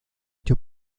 hecho